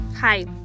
Hi